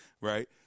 right